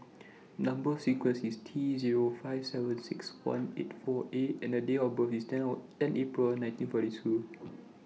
Number sequence IS T Zero five seven six one eight four A and Date of birth IS ten Or ten April nineteen forty two